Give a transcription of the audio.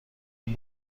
این